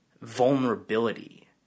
vulnerability